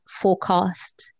forecast